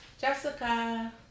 Jessica